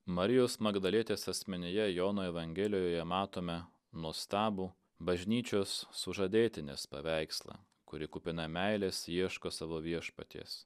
marijos magdalietės asmenyje jono evangelijoje matome nuostabų bažnyčios sužadėtinės paveikslą kuri kupina meilės ieško savo viešpaties